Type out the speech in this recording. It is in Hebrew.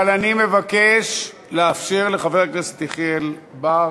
אבל אני מבקש לאפשר לחבר הכנסת יחיאל בר,